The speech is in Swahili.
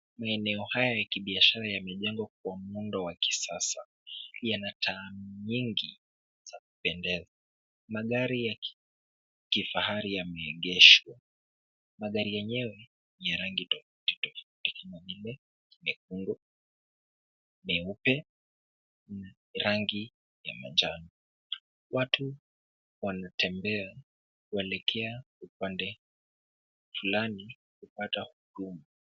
Maeneo haya ya kibiashara yamejengwa kwa muundo wa kisasa, yana taa nyingi za kupendeza, magari ya kifahari yameegeshwa, magari yenyewe ni ya rangi tofauti tofauti kama vile, mekundu, meupe na rangi ya manjano. Watu wanatembea kuelekea upande fulani kupata huduma.